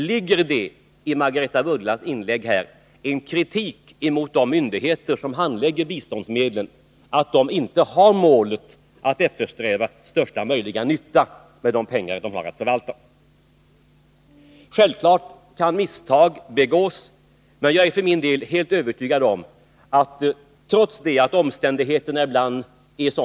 Ligger det i Margaretha af Ugglas inlägg en kritik mot de myndigheter som handlägger biståndsmedlen att de inte har som mål att eftersträva största möjliga nytta med de pengar som de har att förvalta? Självklart kan misstag begås, och omständigheterna kan ibland vara sådana att intentionerna inte kan genomföras.